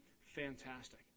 fantastic